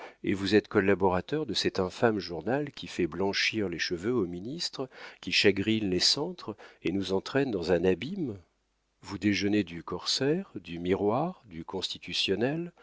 et vous êtes collaborateur de cet infâme journal qui fait blanchir les cheveux aux ministres qui chagrine les centres et nous entraîne dans un abîme vous déjeunez du corsaire du miroir du constitutionnel